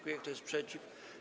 Kto jest przeciw?